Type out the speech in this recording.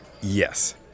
Yes